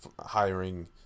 hiring